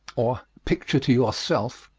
or picture to yourself,